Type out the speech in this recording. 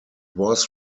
was